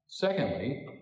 Secondly